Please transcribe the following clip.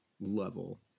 level